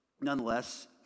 nonetheless